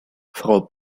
frau